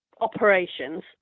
operations